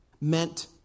meant